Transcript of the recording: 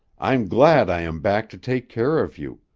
i'm glad i am back to take care of you!